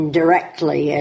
directly